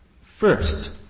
First